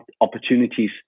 opportunities